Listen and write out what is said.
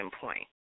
point